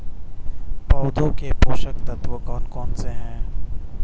पौधों के पोषक तत्व कौन कौन से हैं?